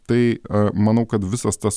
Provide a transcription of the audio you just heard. tai manau kad visas tas